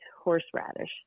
horseradish